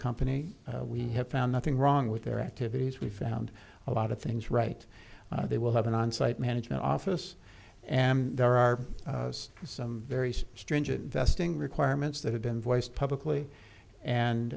company we have found nothing wrong with their activities we found a lot of things right they will have an onsite management office and there are some very stringent vesting requirements that have been voiced publicly and